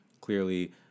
clearly